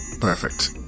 Perfect